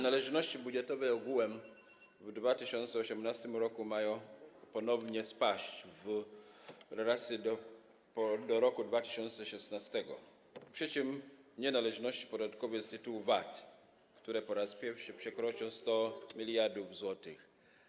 Należności budżetowe ogółem w 2018 r. mają ponownie spaść w relacji do roku 2016 - przy czym nie należności podatkowe z tytułu VAT, które po raz pierwszy przekroczą 100 mld zł.